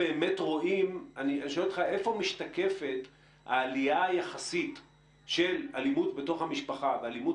אני שואל אותך איפה משתקפת העלייה היחסית של אלימות בתוך המשפחה ואלימות